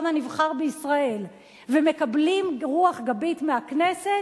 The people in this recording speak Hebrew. הנבחר בישראל ומקבלים רוח גבית מהכנסת,